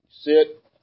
sit